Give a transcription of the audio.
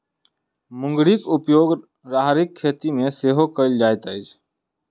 मुंगरीक उपयोग राहरिक खेती मे सेहो कयल जाइत अछि